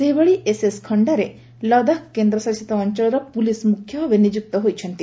ସେହିଭଳି ଏସ୍ଏସ୍ ଖଣ୍ଡାରେ ଲଦାଖ୍ କେନ୍ଦ୍ରଶାସିତ ଅଞ୍ଚଳର ପୁଲିସ୍ ମୁଖ୍ୟ ଭାବେ ନିଯୁକ୍ତ ହୋଇଛନ୍ତି